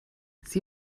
sie